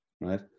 right